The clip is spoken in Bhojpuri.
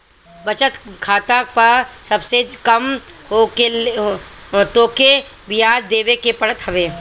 बचत खाता पअ सबसे कम तोहके बियाज देवे के पड़त हवे